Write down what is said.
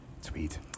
Sweet